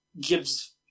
gives